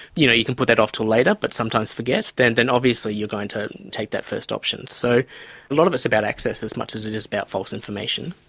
you know, you can put that off till later but sometimes forget, then then obviously you're going to take that first option. so a lot of it's about access as much as it is about false information.